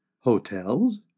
Hotels